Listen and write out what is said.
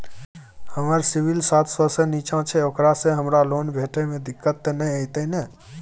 हमर सिबिल सात सौ से निचा छै ओकरा से हमरा लोन भेटय में दिक्कत त नय अयतै ने?